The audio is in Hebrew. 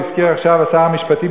והזכיר עכשיו שר המשפטים,